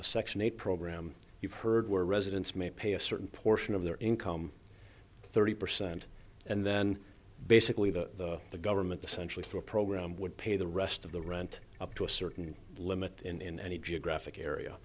the section eight program you've heard were residents may pay a certain portion of their income thirty percent and then basically the the government essentially through a program would pay the rest of the rent up to a certain limit in any geographic area